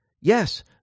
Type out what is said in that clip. Yes